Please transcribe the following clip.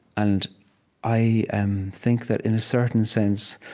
and i and think that in a certain sense,